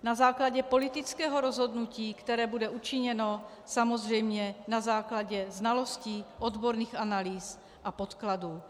Na základě politického rozhodnutí, které bude učiněno, samozřejmě na základě znalostí, odborných analýz a podkladů.